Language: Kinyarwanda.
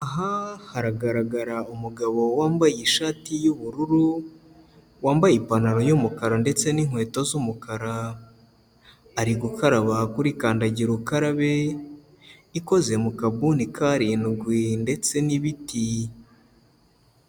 Aha haragaragara umugabo wambaye ishati y'ubururu, wambaye ipantaro y'umukara ndetse ninkweto z'umukara. Ari gukaraba kurikandagirukarabe ikoze mu kabuni ka arindwi ndetse n'ibiti.